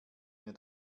mir